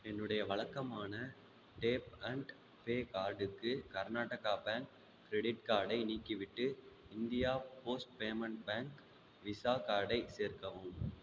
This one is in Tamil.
என்னுடைய வழக்கமான டேப் அண்ட் பே கார்டுக்கு கர்நாடகா பேங்க் கிரெடிட் கார்டை நீக்கிவிட்டு India post payment bank Visa கார்டை சேர்க்கவும்